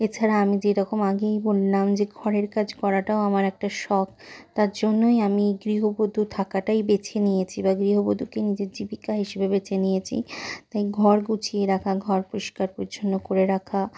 এছাড়া আমি যেরকম আগেই বললাম যে ঘরের কাজ করাটাও আমার একটা শখ তার জন্যই আমি গৃহবধূ থাকাটাই বেছে নিয়েছি বা গৃহবধূকে নিজের জীবিকা হিসেবে বেছে নিয়েছি তাই ঘর গুছিয়ে রাখা ঘর পরিষ্কার পরিছন্ন করে রাখা